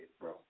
bro